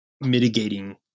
mitigating